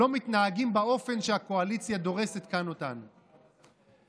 לא מתנהגים כמו האופן שבו הקואליציה דורסת אותנו כאן.